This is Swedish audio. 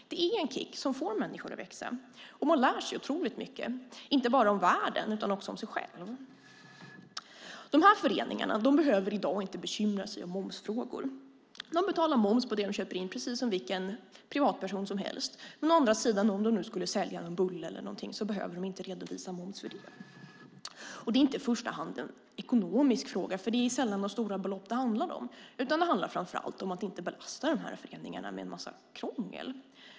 Det är en kick som får människor att växa. Man lär sig mycket, inte bara om världen utan också om sig själv. Föreningarna behöver i dag inte bekymra sig om momsfrågor. De betalar moms på det de köper in, precis som vilken privatperson som helst. Men om de säljer en bulle behöver de inte redovisa moms. Det är inte i första hand en ekonomisk fråga. Det handlar sällan om några stora belopp. Det handlar framför allt om att inte belasta föreningarna med krångel.